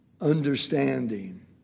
understanding